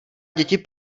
děti